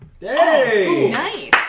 Nice